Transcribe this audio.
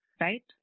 right